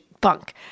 bunk